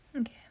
Okay